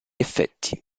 effetti